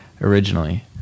originally